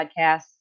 Podcasts